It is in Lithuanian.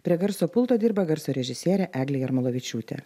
prie garso pulto dirba garso režisierė eglė jarmolavičiūtė